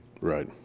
Right